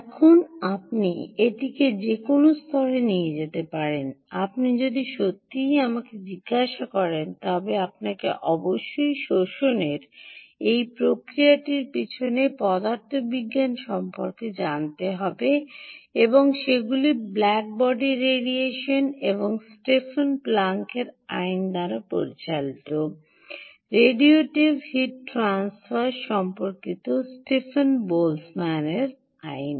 এখন আপনি এটিকে যে কোনও স্তরে নিয়ে যেতে পারেন আপনি যদি সত্যিই আমাকে জিজ্ঞাসা করেন তবে আপনাকে অবশ্যই শোষণের এই প্রক্রিয়াটির পিছনে পদার্থবিজ্ঞান সম্পর্কে জানতে হবে এবং সেগুলি ব্ল্যাকবডি রেডিয়েশন এবং স্টেফেনের প্লাঙ্কেরStephen's Plank আইন দ্বারা পরিচালিত রেডিওটিভ হিট ট্রান্সফার সম্পর্কিত স্টিফেন বোল্টজমান আইন